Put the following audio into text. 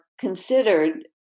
considered